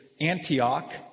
Antioch